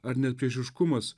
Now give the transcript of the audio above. ar net priešiškumas